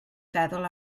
feddwl